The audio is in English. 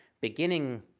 beginning